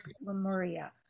Lemuria